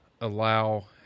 allow